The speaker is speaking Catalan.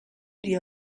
dia